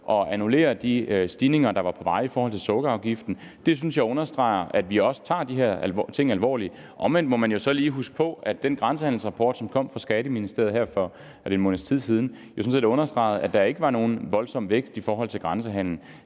og annullere de stigninger, der var på vej i forbindelse med sukkerafgiften. Det synes jeg understreger, at vi også tager de her ting alvorligt. Omvendt må man jo så lige huske på, at den grænsehandelsrapport, som kom for en måneds tid siden fra Skatteministeriet, jo sådan set understregede, at der ikke er nogen voldsom vækst i grænsehandelen.